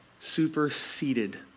superseded